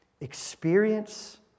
experience